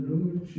Lord